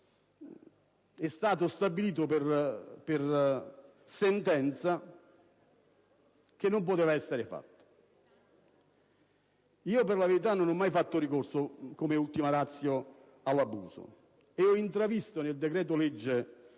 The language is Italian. è stato stabilito per sentenza - non poteva essere fatto. Per la verità, non ho mai fatto ricorso come ultima *ratio* all'abuso e ho intravisto nel decreto-legge